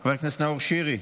חבר הכנסת חנוך מלביצקי, מוותר,